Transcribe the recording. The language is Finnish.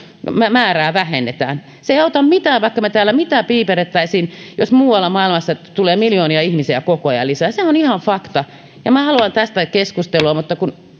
määrää vähennetään se ei auta mitään vaikka me täällä mitä piipertäisimme jos muualla maailmassa tulee miljoonia ihmisiä koko ajan lisää sehän on ihan fakta haluan tästä keskustelua mutta kun